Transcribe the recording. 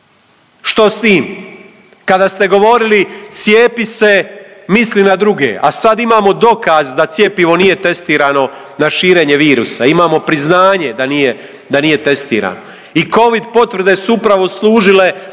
Što s tim? Kada ste govorili cijepi se misli na druge, a sad imamo dokaz da cjepivo nije testirano na širenje virusa, imamo priznanje da nije, da nije testirano. I covid potvrde su upravo služile